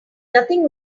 nothing